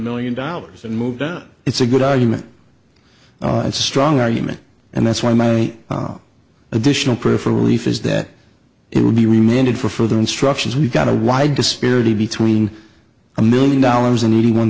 million dollars and moved on it's a good argument and strong argument and that's why my additional proof for relief is that it would be remitted for further instructions we've got a wide disparity between a million dollars and eighty one